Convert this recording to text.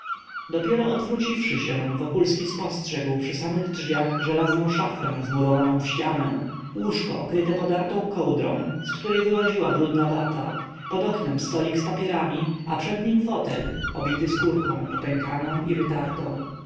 dopiero odwróciwszy się wokulski spostrzegł przy samych drzwiach żelazną szafę wmurowaną w ścianę łóżko okryte podartą kołdrą z której wyłaziła brudna wata pod oknem stolik z papierami a przed nim fotel obity skórą popękaną i wytartą